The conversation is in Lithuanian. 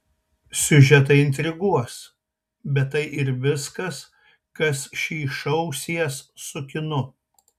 siužetai intriguos bet tai ir viskas kas šį šou sies su kinu